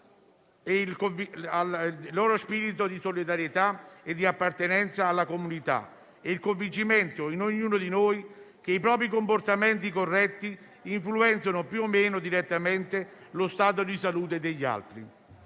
il loro spirito di solidarietà e di appartenenza alla comunità e il convincimento in ognuno di noi che i propri comportamenti corretti influenzano più o meno direttamente lo stato di salute degli altri.